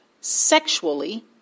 sexually